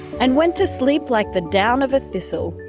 and went to sleep like the down of a thistle.